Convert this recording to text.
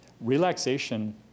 relaxation